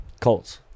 Colts